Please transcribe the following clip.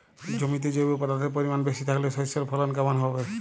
জমিতে জৈব পদার্থের পরিমাণ বেশি থাকলে শস্যর ফলন কেমন হবে?